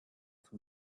zum